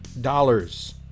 dollars